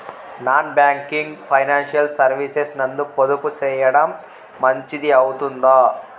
Non banking financial services నందు పొదుపు సేయడం మంచిది అవుతుందా?